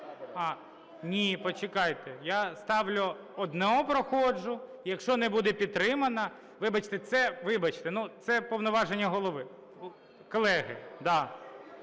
Ні, почекайте я ставлю - одну проходжу, якщо не буде підтримана… Вибачте, це повноваження Голови, колеги.